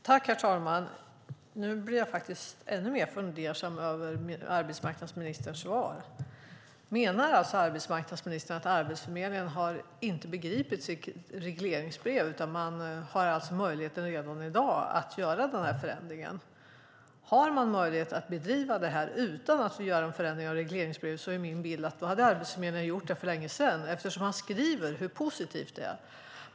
Herr talman! Nu blir jag ännu mer fundersam över arbetsmarknadsministerns svar. Menar alltså arbetsmarknadsministern att Arbetsförmedlingen inte har begripit sitt regleringsbrev? Har man alltså möjligheten redan i dag att göra den här förändringen? Har man möjlighet att bedriva det här utan att göra en förändring av regleringsbrevet är min bild att då hade Arbetsförmedlingen gjort det för länge sedan eftersom man skriver hur positivt det är.